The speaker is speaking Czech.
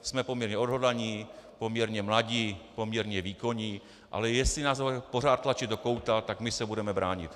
Jsme poměrně odhodlaní, poměrně mladí, poměrně výkonní, ale jestli nás budete pořád tlačit do kouta, tak my se budeme bránit.